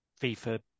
FIFA